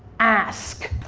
ask.